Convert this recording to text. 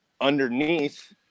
underneath